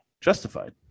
justified